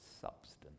substance